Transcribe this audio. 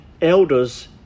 elders